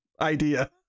idea